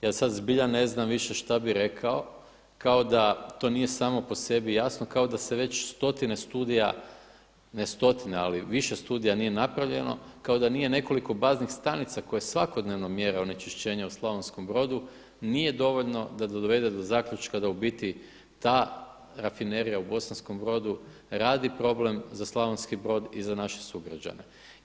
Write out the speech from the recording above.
Ja sada zbilja ne znam više šta bih rekao, kao da to nije samo po sebi jasno, kao da se već stotine studija, ne stotine ali više studija nije napravljeno, kao da nije nekoliko baznih stanica koje svakodnevno mjere onečišćenje u Slavonskom Brodu nije dovoljno da dovede do zaključka da u biti ta Rafinerija u Bosankom Brodu radi problem za Slavonski Brod i za naše sugrađane.